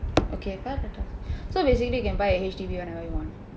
okay five hundred thousand so basically you can buy a H_D_B whatever you want